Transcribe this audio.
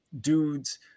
dudes